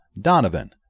Donovan